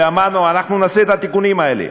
ואמרנו: אנחנו נעשה את התיקונים האלה.